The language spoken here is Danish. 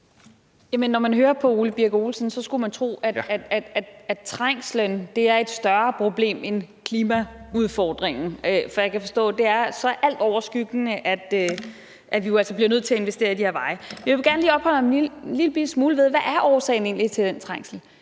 Når man hører Ole Birk Olesen, skulle man tro, at trængslen var et større problem end klimaudfordringen. For jeg kan forstå, det er så altoverskyggende, at vi jo altså bliver nødt til at investere i de her veje. Men jeg vil gerne lige opholde mig en lillebitte smule ved, hvad årsagen egentlig er til den trængsel.